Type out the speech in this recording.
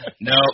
no